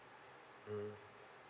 mm